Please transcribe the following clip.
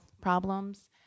problems